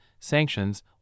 sanctions